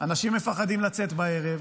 אנשים מפחדים לצאת בערב,